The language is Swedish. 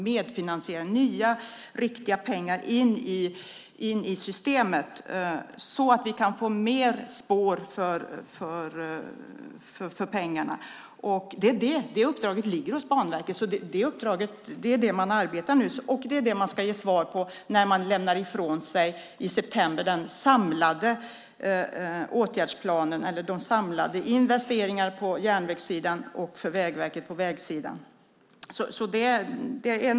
Medfinansiering ger nya riktiga pengar in i systemet, så att vi kan få mer spår för pengarna. Det uppdraget ligger hos Banverket. Det är det man arbetar med nu, och det är det man ska ge svar på när man i september lämnar ifrån sig den samlade åtgärdsplanen för investeringarna på järnvägssidan - för Vägverket på vägsidan.